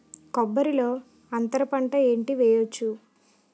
కొబ్బరి లో అంతరపంట ఏంటి వెయ్యొచ్చు?